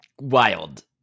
Wild